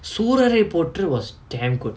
sooraraipotru was damn good